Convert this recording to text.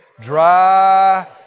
Dry